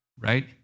right